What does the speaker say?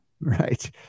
Right